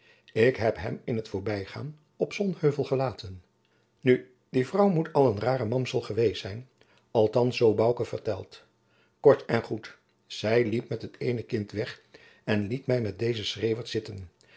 ik heb hem in t voorbijgaan op sonheuvel gelaten nu die vrouw moet al een rare mamsel geweest zijn althands zoo bouke vertelt kort en goed zij liep met het eene kind weg en liet mij met dezen schreeuwert zitten